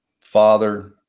father